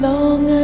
Long